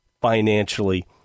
financially